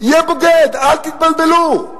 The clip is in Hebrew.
יהיה בוגד, אל תתבלבלו.